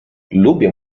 lubię